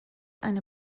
eine